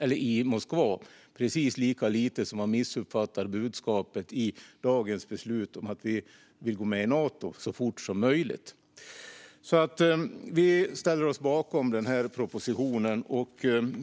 i Moskva. Man missuppfattar det precis lika lite som man missuppfattar budskapet i dagens beslut om att vi vill gå med i Nato så fort som möjligt. Vi ställer oss bakom propositionen.